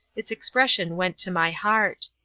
its expression went to my heart.